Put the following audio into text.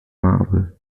marvel